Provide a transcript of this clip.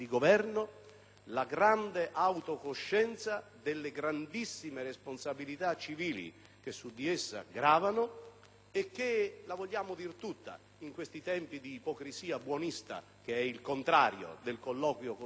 Governo l'autocoscienza delle grandissime responsabilità civili che su di essa gravano e che - la vogliamo dir tutta in questi tempi di ipocrisia buonista, che è il contrario del colloquio costruttivo